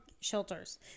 shelters